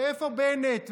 איפה בנט,